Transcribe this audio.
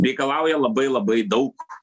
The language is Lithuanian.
reikalauja labai labai daug